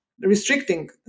restricting